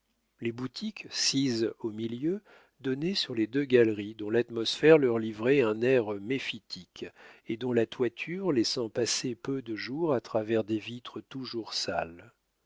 les boutiques sises au milieu donnaient sur les deux galeries dont l'atmosphère leur livrait un air méphitique et dont la toiture laissait passer peu de jour à travers des vitres toujours sales